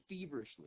feverishly